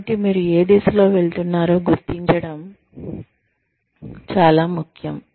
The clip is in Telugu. కాబట్టి మీరు ఏ దిశలో వెళుతున్నారో గుర్తించడం చాలా ముఖ్యం